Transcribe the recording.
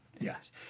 Yes